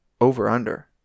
over-under